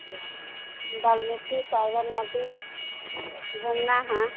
Valmiki tiger नदी घूमना है